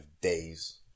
days